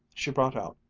she brought out,